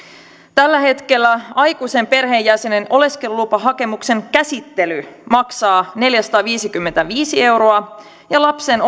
tällä hetkellä aikuisen perheenjäsenen oleskelulupahakemuksen käsittely maksaa neljäsataaviisikymmentäviisi euroa ja lapsen